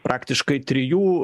praktiškai trijų